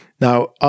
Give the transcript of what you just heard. Now